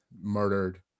murdered